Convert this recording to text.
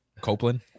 Copeland